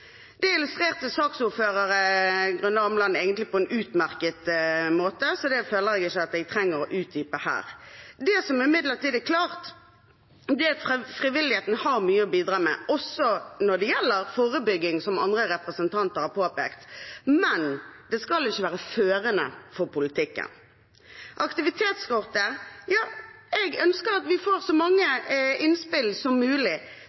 Det illustrerte egentlig saksordfører Grunde Almeland på en utmerket måte, så det føler jeg ikke at jeg trenger å utdype her. Det som imidlertid er klart, er at frivilligheten har mye å bidra med, også når det gjelder forebygging, som andre representanter har påpekt. Men det skal ikke være førende for politikken. Når det gjelder aktivitetskortet, ønsker jeg at vi får så mange innspill som mulig.